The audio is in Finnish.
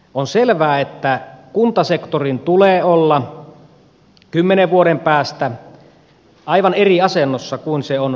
on selvää että kuntasektorin tulee olla kymmenen vuoden päästä aivan eri asennossa kuin se on tänä päivänä